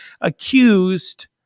accused